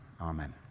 Amen